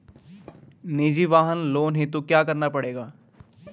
निजी वाहन लोन हेतु क्या करना पड़ेगा?